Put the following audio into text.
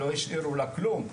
לא השאירו לה כלום,